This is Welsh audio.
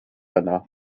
yno